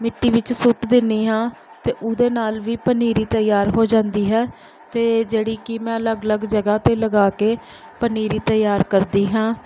ਮਿੱਟੀ ਵਿੱਚ ਸੁੱਟ ਦਿੰਦੀ ਹਾਂ ਅਤੇ ਉਹਦੇ ਨਾਲ ਵੀ ਪਨੀਰੀ ਤਿਆਰ ਹੋ ਜਾਂਦੀ ਹੈ ਅਤੇ ਜਿਹੜੀ ਕਿ ਮੈਂ ਅਲੱਗ ਅਲੱਗ ਜਗ੍ਹਾ 'ਤੇ ਲਗਾ ਕੇ ਪਨੀਰੀ ਤਿਆਰ ਕਰਦੀ ਹਾਂ